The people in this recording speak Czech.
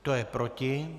Kdo je proti?